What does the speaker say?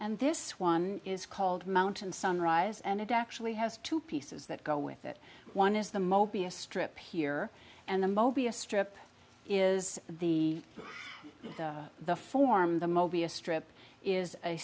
and this one is called mountain sunrise and it actually has two pieces that go with it one is the mobius strip here and the mobius strip is the the form the mobius